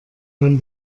man